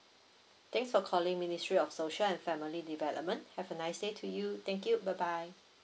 thanks for calling ministry of social and family development have a nice day to you thank you bye bye